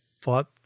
fought